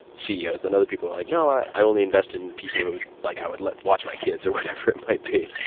ceos. then, other people are like, no, i i only invest in people who like i would let watch my kids, or whatever it might be.